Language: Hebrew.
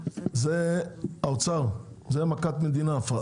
האוצר זו מכת מדינה.